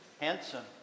handsome